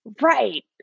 Right